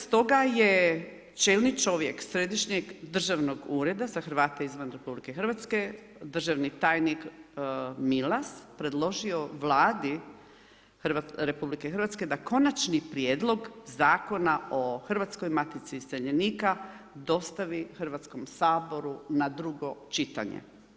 Stoga je čelni čovjek Središnjeg držanog ureda za Hrvate izvan RH, državni tajnik Milas predložio Vladi RH, da konačni prijedlog Zakona o Hrvatskoj matici iseljenika dostavi Hrvatskom saboru na drugo čitanje.